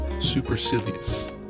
Supercilious